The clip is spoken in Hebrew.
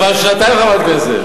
היא כבר שנתיים חברת כנסת.